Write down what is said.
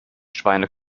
schweine